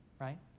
right